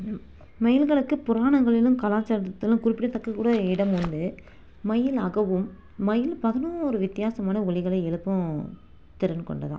மயில்களுக்கு புராணங்களிலும் கலாச்சாரத்திலும் குறிப்பிடத்தக்க கூட இடம் உண்டு மயில் அகவும் மயில் பதினோரு வித்தியாசமான ஒலிகளை எழுப்பும் திறன் கொண்டதாம்